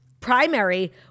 primary